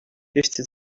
fifty